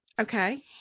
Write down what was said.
Okay